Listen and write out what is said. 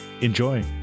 Enjoy